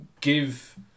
give